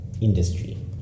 industry